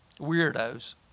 Weirdos